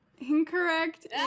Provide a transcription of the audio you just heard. Incorrect